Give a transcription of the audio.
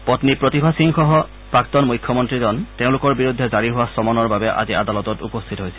পন্নী প্ৰতিভা সিংসহ প্ৰাক্তন মুখ্যমন্ত্ৰীজন তেওঁলোকৰ বিৰুদ্ধে জাৰি হোৱা চমনৰ বাবে আজি আদালতত উপস্থিত হৈছিল